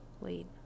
Wait